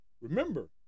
remember